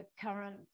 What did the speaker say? current